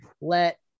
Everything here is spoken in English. let